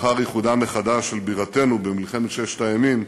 ולאחר איחודה מחדש של בירתנו במלחמת ששת הימים,